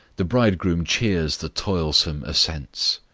the bridegroom cheers the toilsome ascents,